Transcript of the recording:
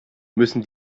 müssen